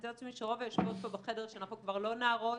אני מתארת לעצמי שרוב היושבות בחדר שאנחנו כבר לא נערות,